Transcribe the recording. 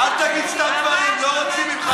אל תגיד סתם דברים, לא רוצים את זה ממך.